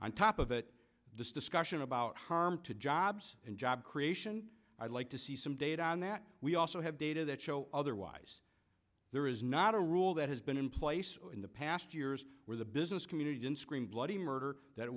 on top of it this discussion about harm to jobs and job ration i'd like to see some data on that we also have data that show otherwise there is not a rule that has been in place in the past years where the business community didn't scream bloody murder that it